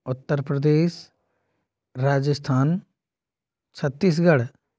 Uttar Pradesh Rajasthan Chhattisgarh